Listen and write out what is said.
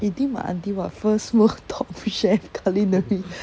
you think my auntie what first world top chef culinary